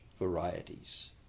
varieties